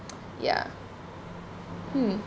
ya hmm